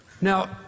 now